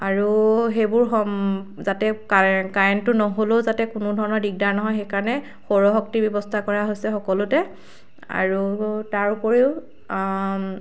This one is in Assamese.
আৰু সেইবোৰ সম যাতে কাৰে কাৰেণ্টটো নহ'লেও যাতে কোনোধৰণৰ দিগদাৰ নহয় সেইকাৰণে সৌৰশক্তি ব্যৱস্থা কৰা হৈছে সকলোতে আৰু তাৰ উপৰিও